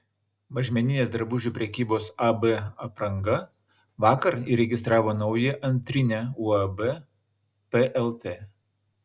mažmeninės drabužių prekybos ab apranga vakar įregistravo naują antrinę uab plt